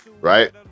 Right